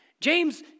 James